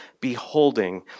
beholding